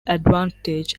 advantage